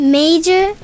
major